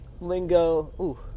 Lingo